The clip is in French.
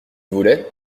voulais